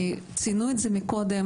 ציינו את זה קודם,